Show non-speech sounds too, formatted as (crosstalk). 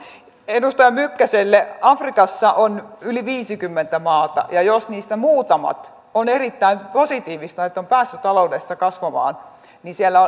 edustaja mykkäselle afrikassa on yli viisikymmentä maata ja jos niistä muutamat erittäin positiivisesti ovat päässeet taloudessa kasvamaan niin siellä (unintelligible)